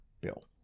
bill